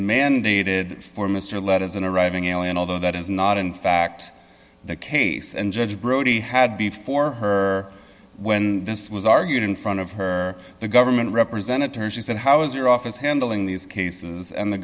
mandated for mr let as an arriving alien although that is not in fact the case and judge brody had before her when this was argued in front of her the government represented to her she said how is your office handling these cases and the